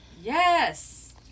yes